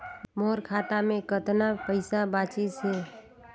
मोर खाता मे कतना पइसा बाचिस हे?